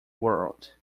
world